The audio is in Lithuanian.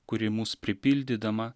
kuri mus pripildydama